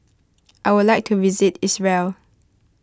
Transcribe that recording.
I would like to visit Israel